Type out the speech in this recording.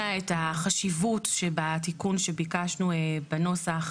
את החשיבות שבתיקון שביקשנו בנוסח,